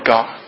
God